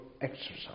exercise